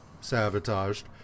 sabotaged